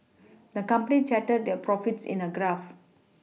the company charted their profits in a graph